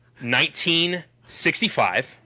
1965